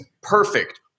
perfect